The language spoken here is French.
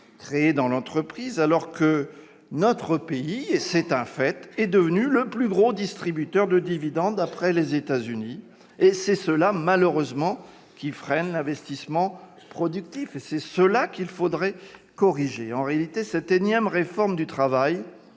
créées dans l'entreprise, alors que notre pays, de fait, est devenu le plus gros distributeur de dividendes après les États-Unis. C'est cela, malheureusement, qui freine l'investissement productif, et c'est cela qu'il faudrait corriger. En réalité, cette énième réforme du droit